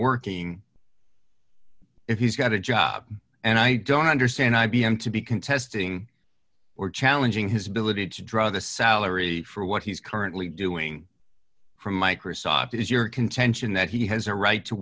working if he's got a job and i don't understand i b m to be contesting or challenging his ability to draw the salary for what he's currently doing from microsoft is your contention that he has a right to